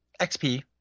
XP